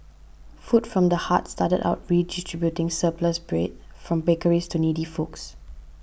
food from the Heart started out redistributing surplus bread from bakeries to needy folks